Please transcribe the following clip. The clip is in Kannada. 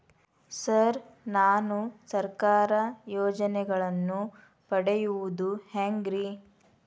ಸರ್ ನಾನು ಸರ್ಕಾರ ಯೋಜೆನೆಗಳನ್ನು ಪಡೆಯುವುದು ಹೆಂಗ್ರಿ?